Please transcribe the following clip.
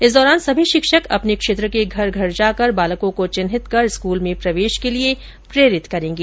इस दौरान सभी शिक्षक अपने क्षेत्र के घर घर जाकर बालकों को चिन्हित कर स्कूल में प्रवेश के लिए प्रेरित करेंगे